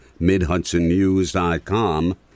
MidHudsonNews.com